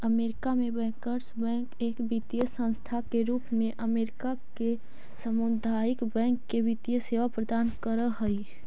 America में bankers bank एक वित्तीय संस्था के रूप में अमेरिका के सामुदायिक बैंक के वित्तीय सेवा प्रदान कर हइ